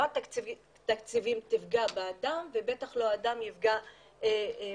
לא התקציבים יפגעו באדם ובטח לא האדם יפגע בסביבה.